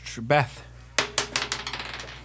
Beth